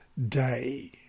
day